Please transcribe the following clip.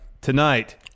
tonight